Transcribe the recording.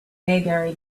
maybury